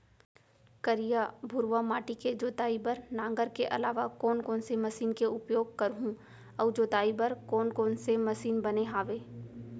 करिया, भुरवा माटी के जोताई बर नांगर के अलावा कोन कोन से मशीन के उपयोग करहुं अऊ जोताई बर कोन कोन से मशीन बने हावे?